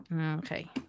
Okay